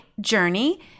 journey